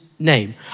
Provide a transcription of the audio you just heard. Name